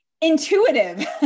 intuitive